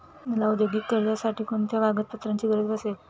मला औद्योगिक कर्जासाठी कोणत्या कागदपत्रांची गरज भासेल?